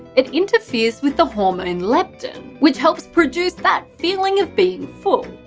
it interferes with the hormone leptin, which helps produce that feeling of being full.